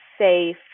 safe